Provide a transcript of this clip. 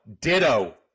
Ditto